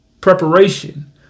Preparation